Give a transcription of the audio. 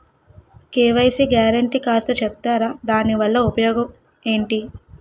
KYC guarantee కాస్త చెప్తారాదాని వల్ల ఉపయోగం ఎంటి?